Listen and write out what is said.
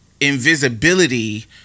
invisibility